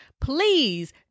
Please